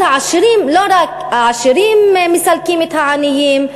אז העשירים מסלקים את העניים,